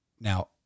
Now